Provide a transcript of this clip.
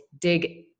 dig